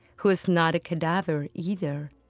who is not a cadaver either,